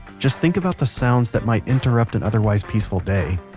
just think about the sounds that might interrupt an otherwise peaceful day.